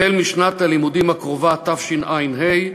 החל משנת הלימודים הקרובה, תשע"ה,